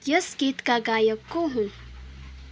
यस गीतका गायक को हुन्